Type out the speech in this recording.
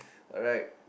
alright